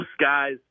guys